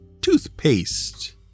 toothpaste